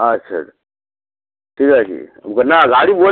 আচ্ছা ঠিক আছে না গাড়ি বল